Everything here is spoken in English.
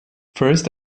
first